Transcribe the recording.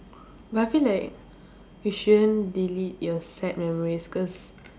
but I feel like you shouldn't delete your sad memories cause